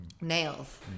nails